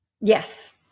yes